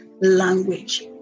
language